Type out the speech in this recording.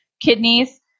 kidneys